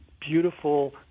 beautiful